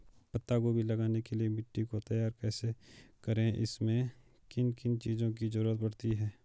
पत्ता गोभी लगाने के लिए मिट्टी को तैयार कैसे करें इसमें किन किन चीज़ों की जरूरत पड़ती है?